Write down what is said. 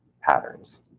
patterns